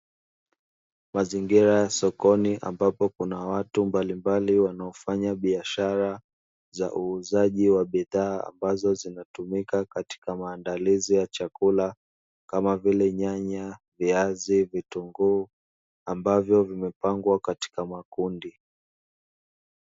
Mazingira ya sokoni ambapo kuna watu mbalimbali wanaofanya biashara za uuzaji wa bidhaa ambazo zinatumika katika maandalizi ya chakula kama vile: nyanya, viazi, vitunguu ambavyo vimepangwa katika makundi.